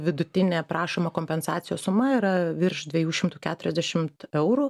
vidutinė prašoma kompensacijos suma yra virš dviejų šimtų keturiasdešimt eurų